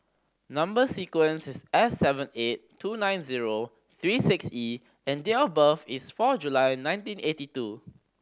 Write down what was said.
number sequence is S seven eight two nine zero three six E and date of birth is four July nineteen eighty two